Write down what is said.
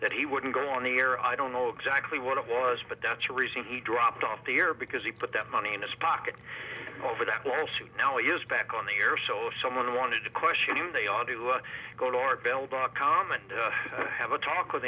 that he wouldn't go on the air i don't know exactly what it was but that's a reason he dropped off the air because he put that money in his pocket over that lawsuit now it's back on the air so if someone wanted to question him they ought to go to art bell dot com and have a talk with